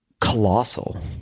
colossal